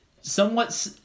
Somewhat